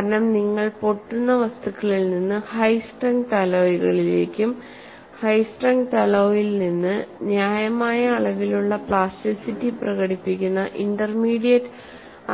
കാരണം നിങ്ങൾ പൊട്ടുന്ന വസ്തുക്കളിൽ നിന്ന് ഹൈ സ്ട്രെങ്ത് അലോയ്കളിലേക്കുംഹൈ സ്ട്രെങ്ത് അലോയിൽ നിന്ന് ന്യായമായ അളവിലുള്ള പ്ലാസ്റ്റിസിറ്റി പ്രകടിപ്പിക്കുന്ന ഇന്റർമീഡിയറ്റ്